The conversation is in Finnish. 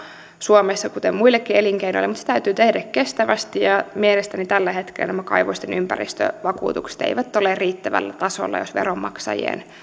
suomessa kuten muillekin elinkeinoille mutta se täytyy tehdä kestävästi mielestäni tällä hetkellä nämä kaivosten ympäristövakuutukset eivät ole riittävällä tasolla jos veronmaksajien